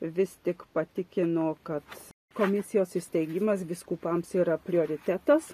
vis tik patikino kad komisijos įsteigimas vyskupams yra prioritetas